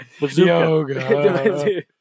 Yoga